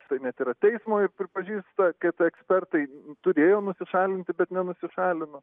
štai net yra teismo pripažįsta kad ekspertai turėjo nusišalinti bet nenusišalino